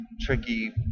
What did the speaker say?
tricky